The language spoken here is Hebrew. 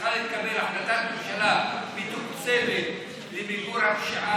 צריכה להתקבל החלטת ממשלה מתוקצבת למיגור הפשיעה.